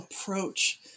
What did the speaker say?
approach